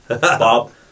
Bob